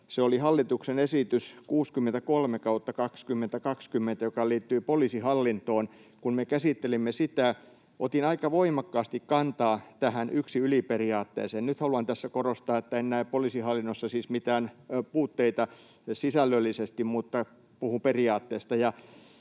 se oli hallituksen esitys 63/2020, joka liittyi poliisihallintoon. Kun me käsittelimme sitä, otin aika voimakkaasti kantaa tähän yksi yli ‑periaatteeseen. — Nyt haluan tässä korostaa, että en näe siis poliisihallinnossa mitään puutteita sisällöllisesti vaan puhun periaatteesta.